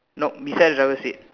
nope beside driver seat